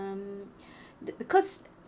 um because